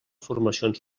formacions